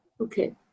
Okay